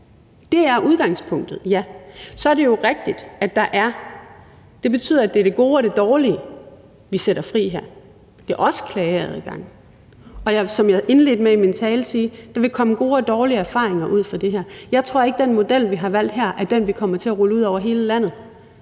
er udgangspunktet, ja. Så er det jo rigtigt, at det betyder, at det er det gode og det dårlige, vi sætter fri her, og det er også klageadgangen. Og som jeg indledte min tale med at sige, vil der komme gode og dårlige erfaringer af det her. Jeg tror ikke, at den model, vi har valgt her, er den, vi kommer til at rulle ud over hele landet